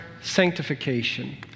sanctification